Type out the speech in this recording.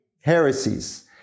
Heresies